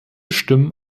stimmen